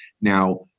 Now